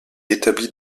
établit